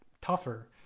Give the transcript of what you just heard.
tougher